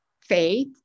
faith